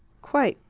quite.